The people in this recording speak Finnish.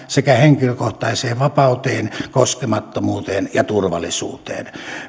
sekä henkilökohtaiseen vapauteen koskemattomuuteen ja turvallisuuteen